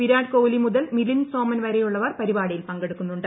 വിരാട് കോഹ്ലി മുതൽ മിലിന്ദ് സോമൻ വരെയുള്ളവർ പരിപാടിയിൽ പങ്കെടു ക്കുന്നുണ്ട്